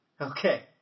Okay